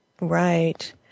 Right